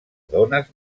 dones